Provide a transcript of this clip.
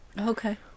Okay